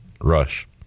rush